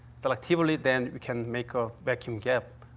selectively. then we can make a vacuum gap,